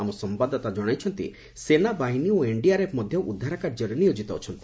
ଆମ ସମ୍ଭାଦଦାତା ଜଣାଇଛନ୍ତି ସେନାବାହିନୀ ଓ ଏନ୍ଡିଆର୍ଏଫ୍ ମଧ୍ୟ ଉଦ୍ଧାର କାର୍ଯ୍ୟରେ ନିୟୋଜିତ ଅଛନ୍ତି